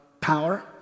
power